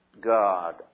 God